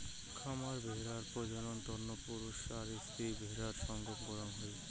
খামার ভেড়ার প্রজনন তন্ন পুরুষ আর স্ত্রী ভেড়ার সঙ্গম করাং হই